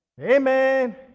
Amen